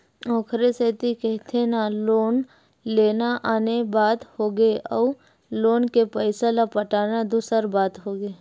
ओखरे सेती कहिथे ना लोन लेना आने बात होगे अउ लोन के पइसा ल पटाना दूसर बात होगे